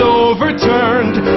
overturned